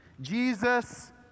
Jesus